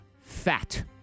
fat